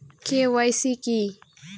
KYC কী?